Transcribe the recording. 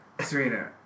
Serena